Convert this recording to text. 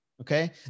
Okay